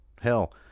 Hell